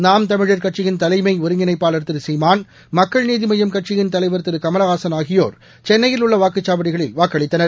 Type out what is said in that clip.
நாம் தமிழர் கட்சியின் தலைமை ஒருங்கிணைப்பாளர் திரு சீமான் மக்கள் நீதி மய்யம் கட்சியின் தலைவர் திரு கமலஹாசன் ஆகியோர் சென்னையில் உள்ள வாக்குச்சாவடியில் வாக்களித்தனர்